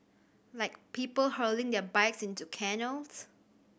like people hurling their bikes into canals